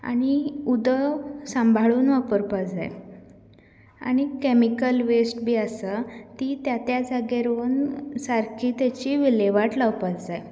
आमी उदक सांबाळून वापरपा जाय आनी कॅमिकल वेस्ट बी आसा ती त्या त्या जाग्यार व्हरून सारकी ताजी विलेवाट लावपाक जाय